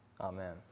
amen